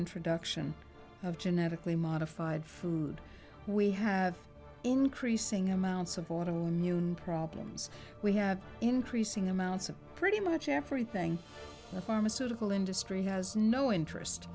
introduction of genetically modified food we have increasing amounts of want to noon problems we have increasing amounts of pretty much everything the pharmaceutical industry has no interest